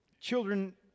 Children